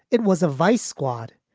it was a vice squad.